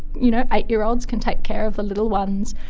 you know eight-year-olds, can take care of the little ones.